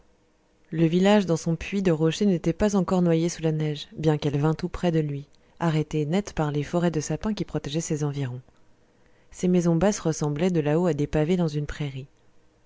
le village dans son puits de rocher n'était pas encore noyé sous la neige bien qu'elle vint tout près de lui arrêtée net par les forêts de sapins qui protégeaient ses environs ses maisons basses ressemblaient de là-haut à des pavés dans une prairie